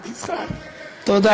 תודה,